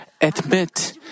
admit